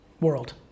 world